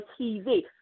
TV